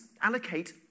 allocate